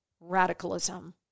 radicalism